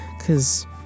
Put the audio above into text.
Cause